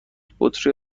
بطری